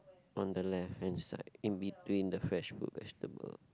on the left hand side in between the fresh fruit vegetable